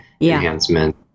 enhancement